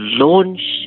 launch